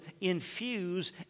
infuse